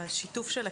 השיתוף של הקהילה.